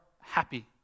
happy